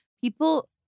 people